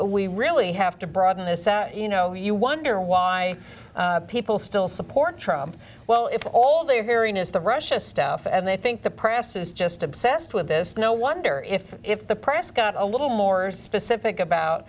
we really have to broaden this out you know you wonder why people still support trump well if all they are very honest the russia stuff and they think the press is just obsessed with this no wonder if if the press got a little more specific about